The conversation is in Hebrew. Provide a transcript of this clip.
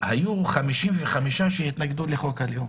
היו 55 שהתנגדו לחוק הלאום